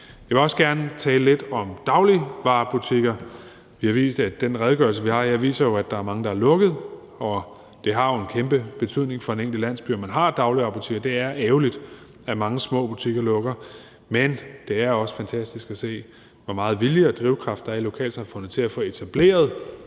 Jeg vil også gerne tale lidt om dagligvarebutikker, og den redegørelse, vi har her, viser jo, at der er mange, der er lukket, og det har jo en kæmpe betydning for den enkelte landsby, om man har dagligvarebutikker. Det er ærgerligt, at mange små butikker lukker, men det er også fantastisk at se, hvor meget vilje og drivkraft der er i lokalsamfundet til at få etableret